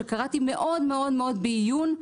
שקראתי מאוד מאוד בעיון.